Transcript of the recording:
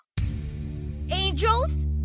Angels